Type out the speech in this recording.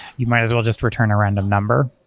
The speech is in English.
you might as well just return a random number.